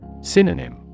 Synonym